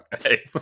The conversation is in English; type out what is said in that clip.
hey